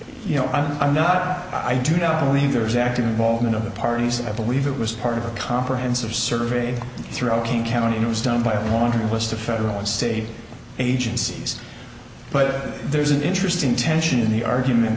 you know i'm not i do not believe there's active involvement of the parties and i believe it was part of a comprehensive survey through king county news done by a laundry list of federal and state agencies but there's an interesting tension in the argument